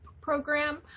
program